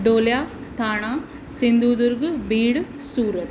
Dhulia Thane Sindhudurg Beed Surat